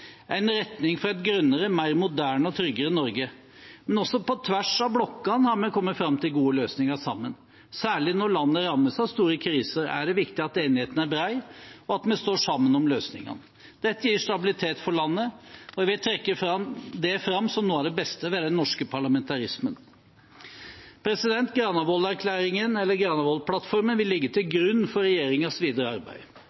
en retning for et grønnere, mer moderne og tryggere Norge. Men også på tvers av blokkene har vi kommet fram til gode løsninger sammen. Særlig når landet rammes av store kriser, er det viktig at enigheten er bred, og at vi står sammen om løsningene. Dette gir stabilitet for landet, og jeg vil trekke det fram som noe av det beste ved den norske parlamentarismen. Granavolden-plattformen vil ligge til